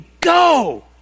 go